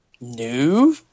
No